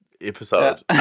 episode